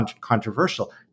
controversial